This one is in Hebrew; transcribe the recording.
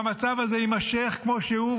והמצב הזה יימשך כמו שהוא,